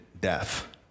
death